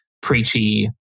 preachy